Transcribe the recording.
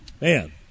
Man